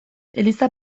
eliza